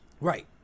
Right